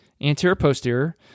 anterior-posterior